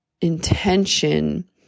intention